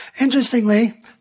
Interestingly